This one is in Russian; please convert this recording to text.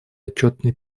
отчетный